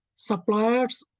suppliers